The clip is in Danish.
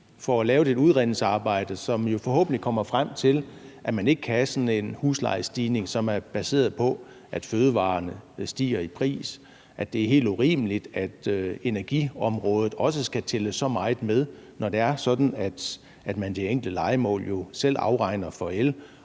for at lave det udredningsarbejde, hvor man forhåbentlig kommer frem til, at man ikke kan have sådan en huslejestigning, som er baseret på, at fødevarerne stiger i pris, og kommer frem til, at det er helt urimeligt, at energiområdet også skal tælle så meget med. Når det er sådan, at man i det enkelte lejemål jo selv afregner for el